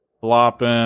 flopping